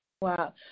Wow